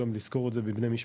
גם לשכור את זה מבני משפחה,